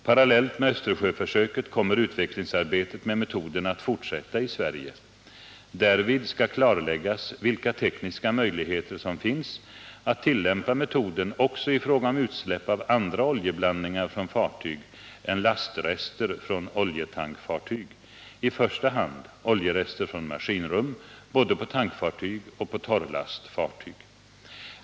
Parallellt med Östersjöförsöket kommer utvecklingsarbetet med metoden att fortsätta i Sverige. Därvid skall klarläggas vilka tekniska möjligheter som finns att tillämpa metoden också i fråga om utsläpp av andra oljeblandningar från fartyg än lastrester från oljetankfartyg, i första hand oljerester från maskinrum både på tankfartyg och på torrlastfartyg.